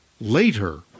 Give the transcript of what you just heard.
Later